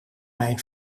mijn